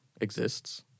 exists